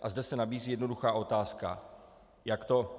A zde se nabízí jednoduchá otázka: Jak to?